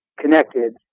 connected